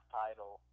title